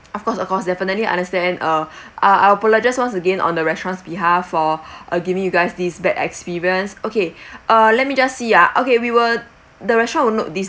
of course of course definitely I understand uh uh I apologize once again on the restaurant's behalf for uh giving you guys this bad experience okay uh let me just see ah okay we will the restaurant will note this